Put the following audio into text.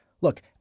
look